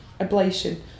ablation